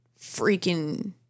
freaking